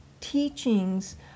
teachings